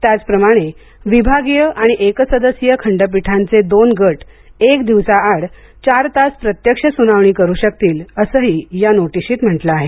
त्याचप्रमाणे विभागीय आणि एक सदस्यीय खंडपिठांचे दोन गट एक दिवसाआड चार तास प्रत्यक्ष सुनावणी करू शकतील असंही या नोटिशीत म्हंटल आहे